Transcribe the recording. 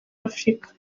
afurika